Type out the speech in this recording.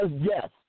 yes